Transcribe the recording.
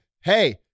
hey